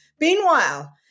Meanwhile